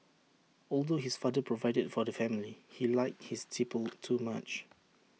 although his father provided for the family he liked his tipple too much